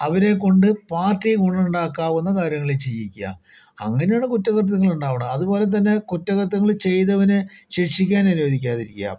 അവരെക്കൊണ്ട് പാർട്ടിക്ക് ഗുണമുണ്ടാക്കാവുന്ന കാര്യങ്ങൾ ചെയ്യിക്കുക അങ്ങനെയാണ് കുറ്റകൃത്യങ്ങളുണ്ടാവുന്നത് അതുപോലെതന്നെ കുറ്റകൃത്യങ്ങൾ ചെയ്തവനെ ശിക്ഷിക്കാൻ അനുവദിക്കാതിരിക്കുക